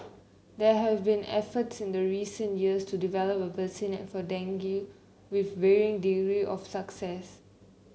there have been efforts in recent years to develop a vaccine for dengue with varying degree of success